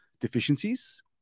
deficiencies